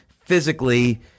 physically